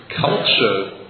culture